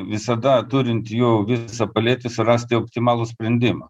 visada turint jų visą paletę surasti optimalų sprendimą